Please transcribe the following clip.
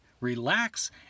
relax